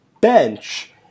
bench